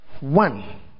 one